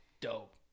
Dope